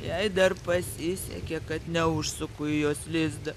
jei dar pasisekė kad neužsukau į jos lizdą